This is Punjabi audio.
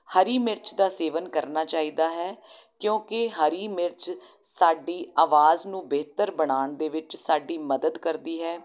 ਹਰੀ ਮਿਰਚ ਦਾ ਸੇਵਨ ਕਰਨਾ ਚਾਹੀਦਾ ਹੈ ਕਿਉਂਕਿ ਹਰੀ ਮਿਰਚ ਸਾਡੀ ਆਵਾਜ਼ ਨੂੰ ਬਿਹਤਰ ਬਣਾਉਣ ਦੇ ਵਿੱਚ ਸਾਡੀ ਮਦਦ ਕਰਦੀ ਹੈ